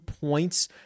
points